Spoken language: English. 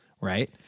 right